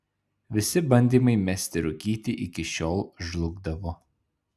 visi bandymai mesti rūkyti iki šiol žlugdavo